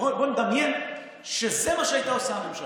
בוא נדמיין שזה מה שהייתה עושה הממשלה.